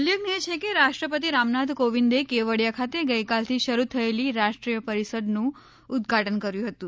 ઉલ્લેખનીય છે કે રાષ્ટ્રપતિ રામનાથ કોવિંદે કેવડીયા ખાતે ગઈકાલથી શરૂ થયેલી રાષ્ટ્રીય પરિષદનું ઉદઘાટન કર્યું હતું